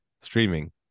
Streaming